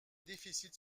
déficits